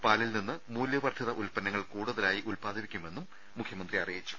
പാലിൽനിന്ന് മൂല്യവർധിത ഉല്പന്നങ്ങൾ കൂടുതലായി ഉല്പാദിപ്പിക്കുമെന്നും മുഖ്യമന്ത്രി അറിയിച്ചു